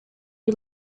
you